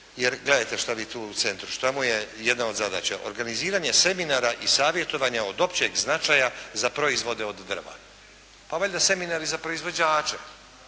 jer gledajte što vi tu u centru, što mu je jedna od zadaća - organiziranje seminara i savjetovanja od općeg značaja za proizvode od drva. Pa valjda seminari za proizvođače.